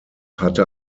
hatte